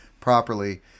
properly